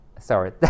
sorry